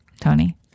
tony